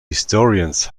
historians